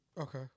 Okay